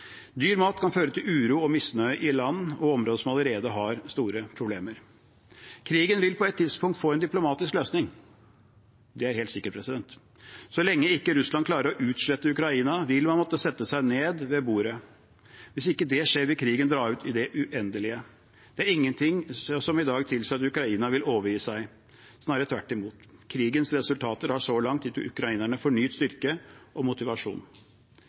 Dyr mat kan føre til uro og misnøye i land og områder som allerede har store problemer. Krigen vil på et tidspunkt få en diplomatisk løsning, det er helt sikkert. Så lenge Russland ikke klarer å utslette Ukraina, vil man måtte sette seg ned ved bordet. Hvis ikke det skjer, vil krigen dra ut i det uendelige. Det er ingen ting i dag som tilsier at Ukraina vil overgi seg, snarere tvert imot. Krigens resultater har så langt gitt ukrainerne fornyet styrke og motivasjon.